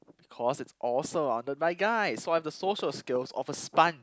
cause it's all surrounded by guys so I have the social skills of a sponge